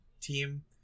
team